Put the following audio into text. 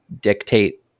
dictate